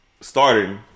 starting